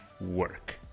work